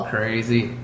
Crazy